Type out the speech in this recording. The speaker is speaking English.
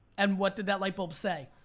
and what did that light bulb say?